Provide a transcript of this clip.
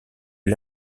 est